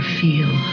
feel